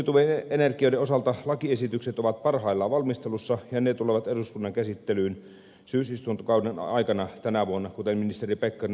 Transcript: uusiutuvien energioiden osalta lakiesitykset ovat parhaillaan valmistelussa ja ne tulevat eduskunnan käsittelyyn syysistuntokauden aikana tänä vuonna kuten ministeri pekkarinen äsken ilmoitti